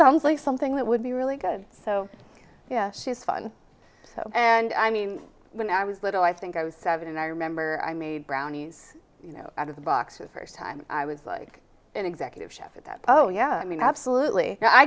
sounds like something that would be really good so she's fun and i mean when i was little i think i was seven and i remember i made brownies you know out of the boxes first time i was like an executive chef at that oh yeah i mean absolutely i